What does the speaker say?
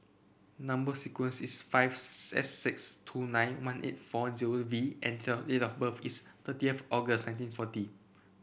number sequence is five S six two nine one eight four zero V and the date of birth is thirtieth August nineteen forty